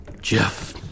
Jeff